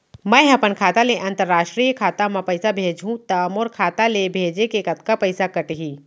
मै ह अपन खाता ले, अंतरराष्ट्रीय खाता मा पइसा भेजहु त मोर खाता ले, भेजे के कतका पइसा कटही?